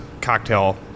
cocktail